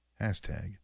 Hashtag